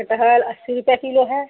कटहल अस्सी रुपया कीलो है